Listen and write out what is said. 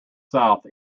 south